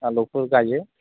आलुखौ गायो